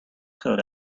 code